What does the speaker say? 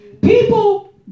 People